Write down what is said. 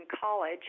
college